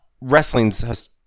wrestling's